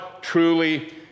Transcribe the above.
truly